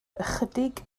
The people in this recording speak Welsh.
ychydig